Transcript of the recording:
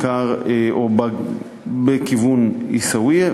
בכיוון עיסאוויה,